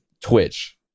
Twitch